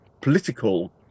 political